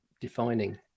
defining